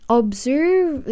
observe